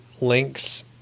links